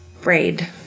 braid